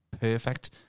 Perfect